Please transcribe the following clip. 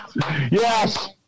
Yes